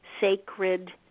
sacred